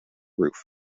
roof